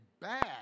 bad